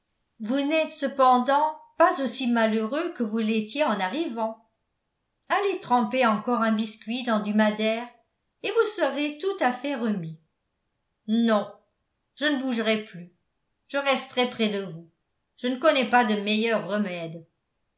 vous n'êtes cependant pas aussi malheureux que vous l'étiez en arrivant allez tremper encore un biscuit dans du madère et vous serez tout à fait remis non je ne bougerai plus je resterai près de vous je ne connais pas de meilleur remède